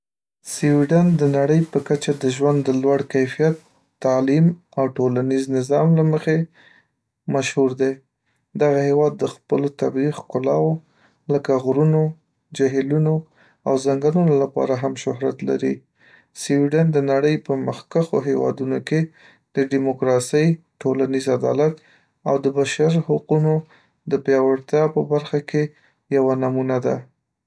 سویډن د نړۍ په کچه د ژوند د لوړ کیفیت، تعلیم، او ټولنیز نظام له مخې مشهور دی. دغه هېواد د خپلو طبیعي ښکلاو، لکه غرونو، جهیلونو، او ځنګلونو لپاره هم شهرت لري. سویډن د نړۍ په مخکښو هېوادونو کې د ډیموکراسۍ، ټولنیز عدالت، او د بشر حقونو د پیاوړتیا په برخه کې یوه نمونه ده.